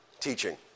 teaching